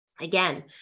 Again